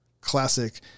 classic